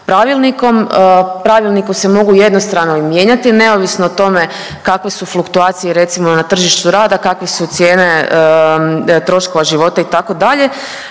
pravilnikom se mogu jednostrano i mijenjati neovisno o tome kakve su fluktuacije recimo na tržištu rada, kakve su cijene troškova života itd.,